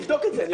נבדוק את זה.